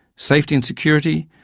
safety and security,